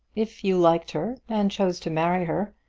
if you liked her, and chose to marry her,